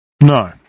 No